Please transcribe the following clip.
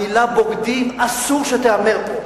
המלה "בוגדים" אסור שתיאמר פה.